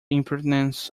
impertinence